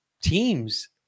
teams